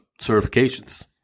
certifications